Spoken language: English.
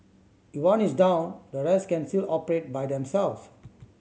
if one is down the rest can still operate by themselves